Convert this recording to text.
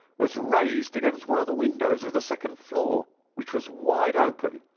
was raised against one of the windows of the second floor, which was wide open.